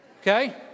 okay